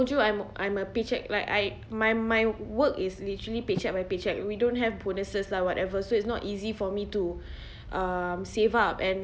you I'm I'm a paycheque like I my my work is literally paycheque by paycheque we don't have bonuses lah whatever so it's not easy for me to um save up and